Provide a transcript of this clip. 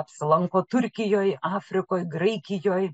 apsilanko turkijoj afrikoj graikijoj